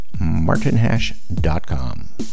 martinhash.com